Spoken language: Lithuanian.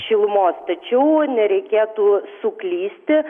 šilumos tačiau nereikėtų suklysti